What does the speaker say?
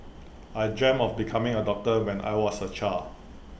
I dreamt of becoming A doctor when I was A child